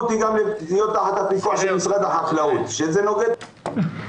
אותי להיות גם תחת הפיקוח של משרד החקלאות שזה נוגד את החוק.